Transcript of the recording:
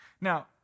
Now